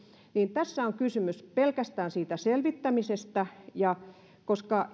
tässä on kysymys pelkästään siitä selvittämisestä koska